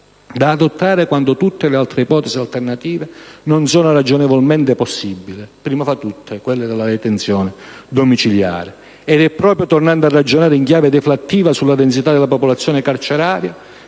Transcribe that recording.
da adottare quando tutte le altre ipotesi alternative non sono ragionevolmente possibili, prima fra tutte la detenzione domiciliare. È proprio tornando a ragionare in chiave deflattiva sulla densità della popolazione carceraria,